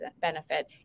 benefit